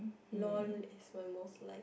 lol is my most liked